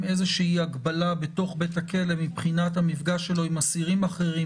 איזושהי הגבלה בתוך בית הכלא מבחינת המפגש שלו עם אסירים אחרים,